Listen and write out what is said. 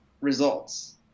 results